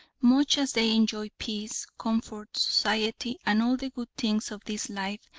much as they enjoy peace, comfort, society, and all the good things of this life,